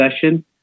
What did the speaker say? session